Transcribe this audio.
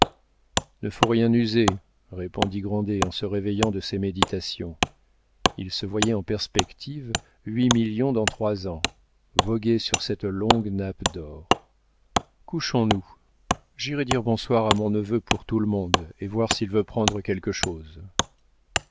ne faut rien user répondit grandet en se réveillant de ses méditations il se voyait en perspective huit millions dans trois ans et voguait sur cette longue nappe d'or couchons nous j'irai dire bonsoir à mon neveu pour tout le monde et voir s'il veut prendre quelque chose